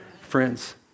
Friends